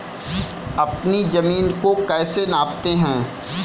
अपनी जमीन को कैसे नापते हैं?